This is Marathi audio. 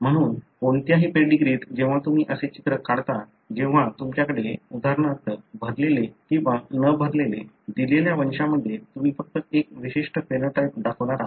म्हणून कोणत्याही पेडीग्रीत जेव्हा तुम्ही असे चित्र काढता जेव्हा तुमच्याकडे उदाहरणार्थ भरलेले किंवा न भरलेले दिलेल्या वंशामध्ये तुम्ही फक्त एक विशिष्ट फेनोटाइप दाखवणार आहात